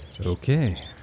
Okay